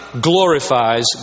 glorifies